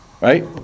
right